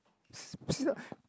s~ sit up